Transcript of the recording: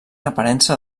aparença